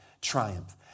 triumph